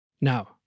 Now